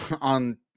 on